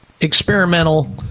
experimental